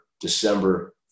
December